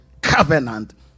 covenant